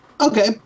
Okay